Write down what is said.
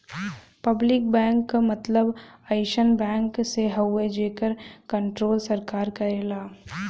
public bank क मतलब अइसन बैंक से हउवे जेकर कण्ट्रोल सरकार करेला